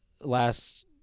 last